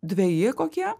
dveji kokie